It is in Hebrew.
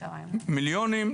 מיליונים?